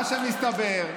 מה שמסתבר,